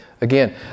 Again